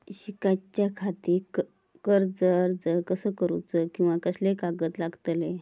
शिकाच्याखाती कर्ज अर्ज कसो करुचो कीवा कसले कागद लागतले?